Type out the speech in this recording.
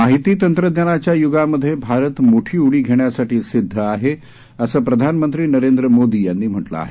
माहितीतंत्रज्ञानाच्या य्गामध्ये भारत मोठी उडी घेण्यासाठी सिद्ध आहे असं प्रधानमंत्री नरेंद्र मोदी यांनी म्हटलं आहे